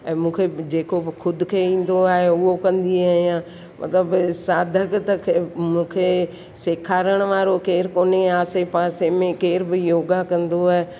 ऐं मूंखे बि जेको बि खुदि खे ईंदो आहे उहो कंदी आहियां मतिलब साधक त खे मूंखे सेखारण वारो केरु कोन्हे आसे पासे में केरु बि योगा कंदो आहे